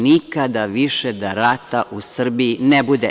Nikada više da rata u Srbiji ne bude.